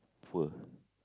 poor